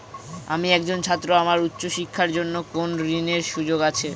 আমি একজন ছাত্র আমার উচ্চ শিক্ষার জন্য কোন ঋণের সুযোগ আছে?